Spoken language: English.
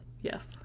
Yes